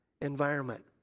environment